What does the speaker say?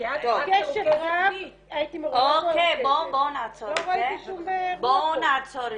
קשב רב, הייתי --- בואו נעצור את זה.